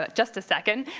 but just a second.